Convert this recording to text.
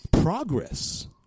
progress